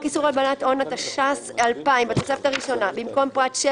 איסור הלבנת הון 27. בחוק איסור הלבנת הון,